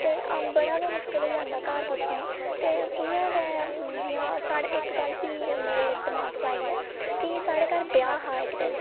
ते बड़ा गै मुश्कल होई जंदा घर पुज्जने गी ते इ'यां गै जियां साढ़ै इक गल्ल फ्ही मेरे दमाक च आई ऐ कि साढ़े घर ब्याह् हा इक दिन